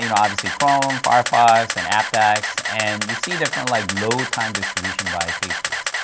you know obviously, chrome, firefox, and apdex, and you see different like load time distribution by page views.